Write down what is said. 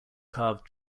carved